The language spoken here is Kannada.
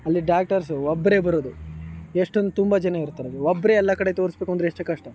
ಅಲ್ಲಿ ಡಾಕ್ಟರ್ಸ್ ಒಬ್ಬರೇ ಬರೋದು ಎಷ್ಟೊಂದು ತುಂಬ ಜನ ಇರ್ತಾರೆ ಒಬ್ಬರೇ ಎಲ್ಲ ಕಡೆ ತೋರಿಸಬೇಕು ಅಂದರೆ ಎಷ್ಟು ಕಷ್ಟ